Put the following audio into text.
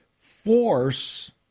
force